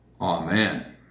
Amen